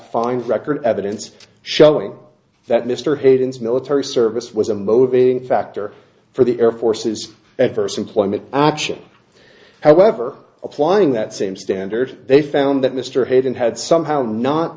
find record evidence showing that mr hayden's military service was a motivating factor for the air force's adverse employment action however applying that same standard they found that mr hayden had somehow not